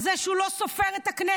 על זה שהוא לא סופר את הכנסת,